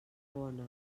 bona